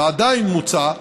ועדיין מוצע,